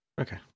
Okay